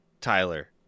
Tyler